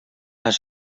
has